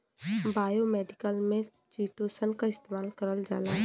biomedical में chitosan क इस्तेमाल करल जाला